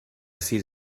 sis